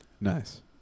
Nice